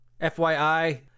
FYI